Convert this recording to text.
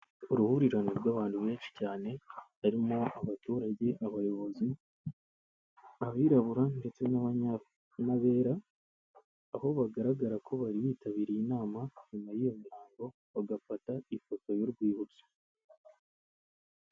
Uruhurirane rw'abantu benshi cyane, harimo abaturage, abayobozi, abirabura ndetse n'abera, aho bagaragara ko bari bitabiriye inama, nyuma y'iyo mihango bagafata ifoto y'urwibutso.